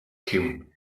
him